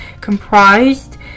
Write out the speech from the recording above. comprised